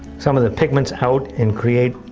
some of the pigments out and create